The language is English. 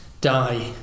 die